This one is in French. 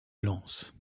lance